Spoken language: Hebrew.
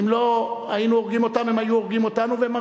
ואם לא היינו הורגים אותם הם היו הורגים אותנו